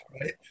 right